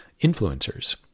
Influencers